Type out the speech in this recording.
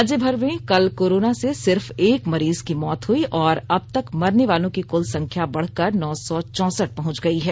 राज्यभर में कल कोरोना से सिर्फ एक मरीज की मौत हुई और अब तक मरनेवालों की कुल संख्या बढ़कर नौ सौ चौंसठ पहुंच गई है